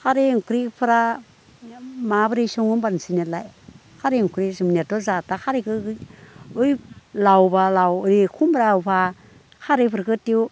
खारै ओंख्रिफ्रा माब्रै सङो होमब्ला नोंसोरनियालाय खारै ओंख्रि जोंनियाथ' जाथा खारैखोहै ओइ लाव बा लाव ओइ खुमब्रावबा खारैफोरखौ